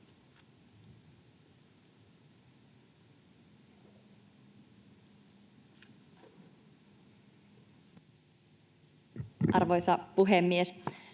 Arvoisa puhemies!